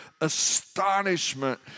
astonishment